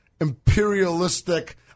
imperialistic